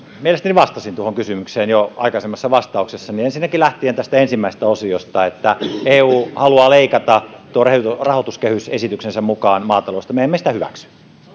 mielestäni vastasin tuohon kysymykseen jo aikaisemmassa vastauksessani ensinnäkin lähtien tästä ensimmäisestä osiosta että eu haluaa leikata maataloudesta tuon rahoituskehysesityksensä mukaan me emme sitä hyväksy